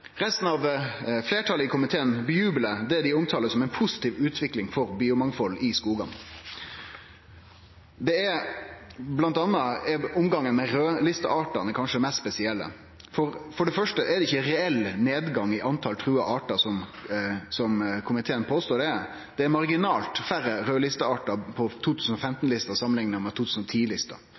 Fleirtalet i komiteen jublar for det dei omtaler som ei positiv utvikling for biomangfald i skogane. Det gjeld bl.a. omgangen med raudlisteartane, som kanskje er det mest spesielle. For det første er det ikkje reell nedgang i talet på trua artar, slik komiteen påstår at det er – det er marginalt færre raudlisteartar på